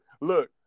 Look